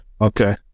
Okay